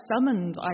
summoned